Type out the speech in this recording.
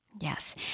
Yes